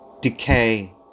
Decay